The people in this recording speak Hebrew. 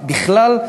בכלל,